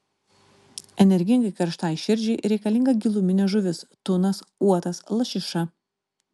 energingai karštai širdžiai reikalinga giluminė žuvis tunas uotas lašiša